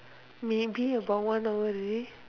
maybe about one hour already